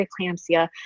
preeclampsia